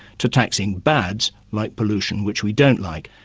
to taxing bads like pollution, which we don't like.